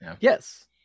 Yes